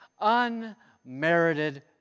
unmerited